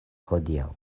hodiaŭ